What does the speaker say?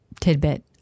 tidbit